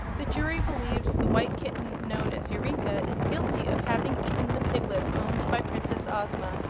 the jury believes the white kitten known as eureka is guilty of having eaten the piglet owned by princess ozma,